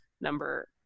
number